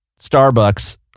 Starbucks